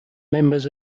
members